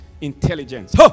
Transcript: intelligence